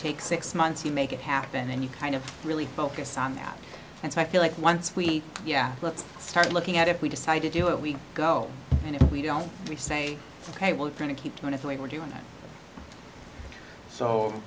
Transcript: take six months to make it happen and you kind of really focus on that and so i feel like once we yeah let's start looking at if we decide to do it we go and if we don't we say ok we're going to keep going if we were doing it so